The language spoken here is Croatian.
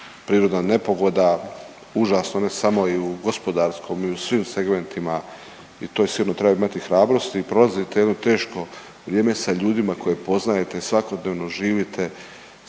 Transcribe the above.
Prirodna nepogoda užasno, ne samo i u gospodarskom i u svim segmentima i to je sigurno treba imati hrabrosti i prolaziti jedno teško vrijeme sa ljudima koje poznate i svakodnevno živite